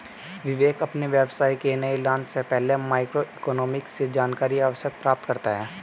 विवेक अपने व्यवसाय के नए लॉन्च से पहले माइक्रो इकोनॉमिक्स से जानकारी अवश्य प्राप्त करता है